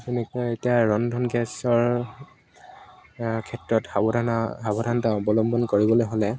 তেনেকুৱা এতিয়া ৰন্ধন গেছৰ ক্ষেত্ৰত সাৱধান সাৱধানতা অৱলম্বন কৰিবলৈ হ'লে